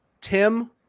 Tim